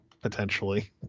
potentially